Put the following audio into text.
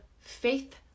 Faith